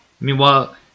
Meanwhile